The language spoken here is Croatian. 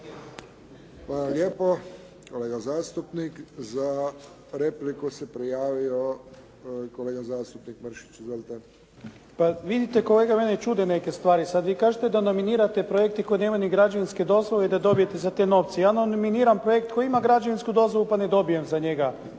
lijepa kolega zastupnik. Za repliku se prijavio kolega zastupnik Mršić. Izvolite. **Mršić, Zvonimir (SDP)** Pa vidite mene čude neke stvari sada vi kažete da nominirate projekte koji nemaju ni građevinske dozvole i da dobijete za to novce. Ja nominiram projekt koji ima građevinsku dozvolu pa ne dobijem za njega